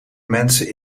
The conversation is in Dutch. mensen